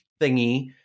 thingy